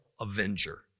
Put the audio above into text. avenger